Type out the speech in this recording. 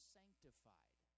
sanctified